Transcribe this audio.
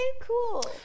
cool